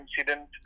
incident